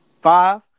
five